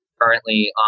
currently